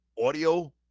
Audio